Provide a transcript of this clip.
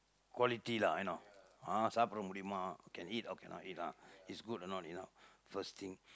quality lah you know ah சாப்பிட முடியுமா:saapida mudiyumaa can eat or cannot eat lah is good or not you know first thing